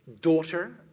daughter